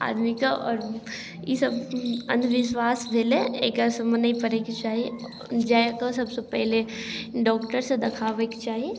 आदमीके आओर ईसब अन्धविश्वास भेलै एकरा सबमे नहि पड़ैके चाही जाकऽ सबसँ पहिले डॉक्टरसँ देखाबैके चाही